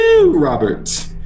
Robert